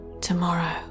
tomorrow